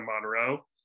Monroe